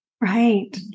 Right